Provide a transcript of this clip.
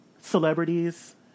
celebrities